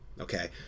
okay